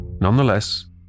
Nonetheless